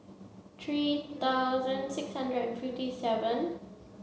three thousand six hundred fifty seven